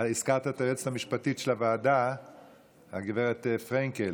הזכרת את היועצת המשפטית של הוועדה, גב' פרנקל.